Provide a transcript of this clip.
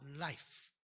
life